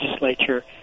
legislature